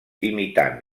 imitant